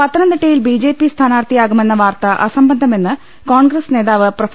പത്തനംതിട്ടയിൽ ബിജെപി സ്ഥാനാർത്ഥിയാകു മെന്ന വാർത്ത അസംബന്ധമെന്ന് കോൺഗ്രസ് നേതാവ് പ്രൊഫ